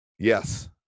Yes